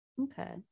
Okay